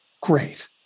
Great